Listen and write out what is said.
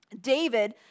David